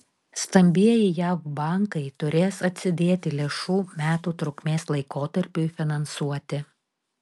stambieji jav bankai turės atsidėti lėšų metų trukmės laikotarpiui finansuoti